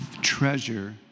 treasure